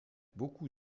beaucoup